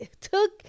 took